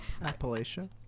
Appalachia